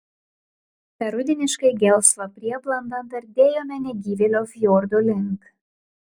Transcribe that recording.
per rudeniškai gelsvą prieblandą dardėjome negyvėlio fjordo link